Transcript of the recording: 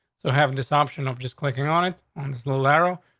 so having this option of just clicking on it on this little arrow,